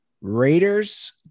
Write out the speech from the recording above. Raiders